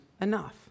enough